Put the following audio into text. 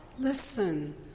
Listen